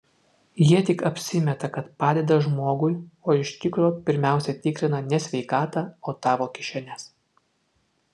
jie tik apsimeta kad padeda žmogui o iš tikro pirmiausia tikrina ne sveikatą o tavo kišenes